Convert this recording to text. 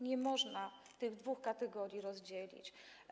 Nie można tych dwóch kategorii rozdzielić.